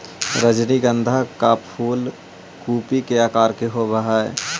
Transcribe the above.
रजनीगंधा का फूल कूपी के आकार के होवे हई